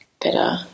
better